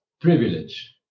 privilege